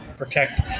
protect